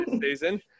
season